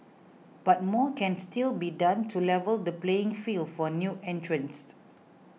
but more can still be done to level the playing field for new entrants